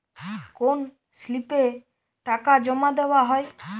কোন স্লিপে টাকা জমাদেওয়া হয়?